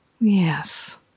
Yes